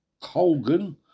Colgan